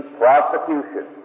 prosecution